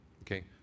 Okay